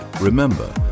Remember